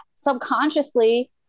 subconsciously